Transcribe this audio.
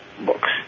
books